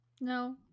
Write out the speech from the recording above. No